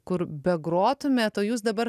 kur begrotumėt o jūs dabar